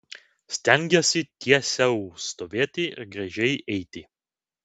stengiesi tiesiau stovėti ir gražiai eiti